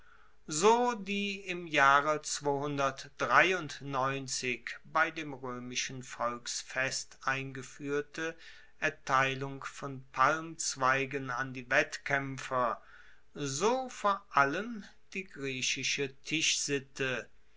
so die im jahre bei dem roemischen volksfest eingefuehrte erteilung von palmzweigen an die wettkaempfer so vor allem die griechische tischsitte